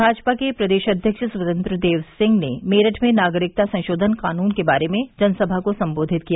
भाजपा के प्रदेश अध्यक्ष स्वतंत्र देव सिंह ने मेरठ में नागरिकता संशोधन कानून के बारे में जनसभा को संबोधित किया